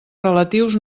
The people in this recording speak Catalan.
relatius